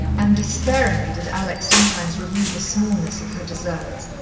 and despairingly did alex sometimes review the smallness of her deserts.